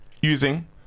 using